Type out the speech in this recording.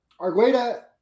Argueda